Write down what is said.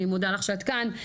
אני מודה לך שאת כאן.